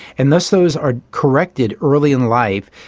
unless those are corrected early in life,